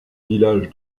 village